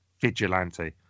vigilante